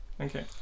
Okay